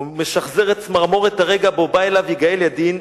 הוא משחזר את צמרמורת הרגע שבו בא אליו יגאל ידין,